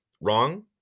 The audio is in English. Wrong